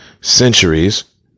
centuries